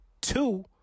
Two